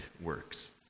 works